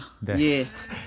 Yes